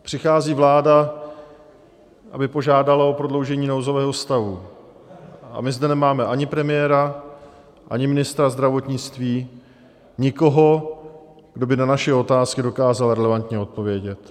Přichází vláda, aby požádala o prodloužení nouzového stavu, a my zde nemáme ani premiéra, ani ministra zdravotnictví, nikoho, kdo by na naše otázky dokázal relevantně odpovědět.